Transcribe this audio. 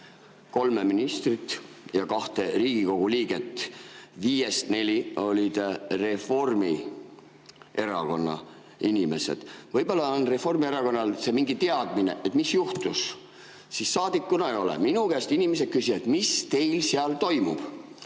kolme ministrit ja kahte Riigikogu liiget–, viiest neli olid Reformierakonna inimesed. Võib-olla on Reformierakonnal see mingi teadmine, mis juhtus. [Aga minul] saadikuna ei ole. Minu käest inimesed küsivad: mis teil seal toimub?